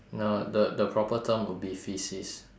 now the the proper term would be faeces